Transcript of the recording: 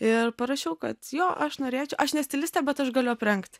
ir parašiau kad jo aš norėčiau aš ne stilistė bet aš galiu aprengt